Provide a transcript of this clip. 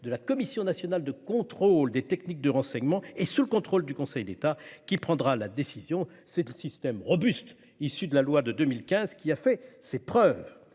de la Commission nationale de contrôle des techniques de renseignement et sous le contrôle du Conseil d'État, de prendre la décision- c'est le système robuste de la loi de 2015 relative au